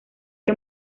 que